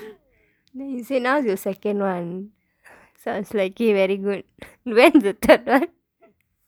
then he say now's your second [one] so I was like okay very good when's the third [one]